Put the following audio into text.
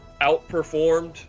outperformed